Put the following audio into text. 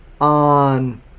on